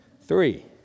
Three